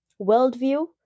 worldview